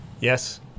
yes